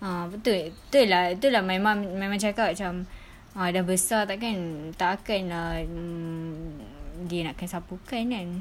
ah betul betul tu lah my mum memang cakap macam ah dah besar tak kan mm tak kan mm dia nak kena sapu kan kan